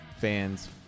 fans